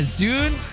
dude